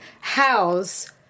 house